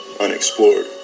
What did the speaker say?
unexplored